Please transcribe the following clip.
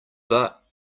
but